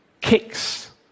kicks